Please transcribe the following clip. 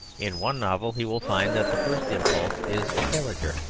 in one novel he will find that the first impulse is a character.